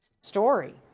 story